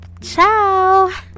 ciao